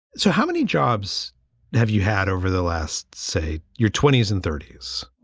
so how many jobs have you had over the last, say, your twenty s and thirty s?